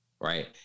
right